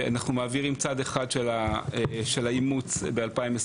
שאנחנו מעבירים צד אחד של האימוץ ב-2021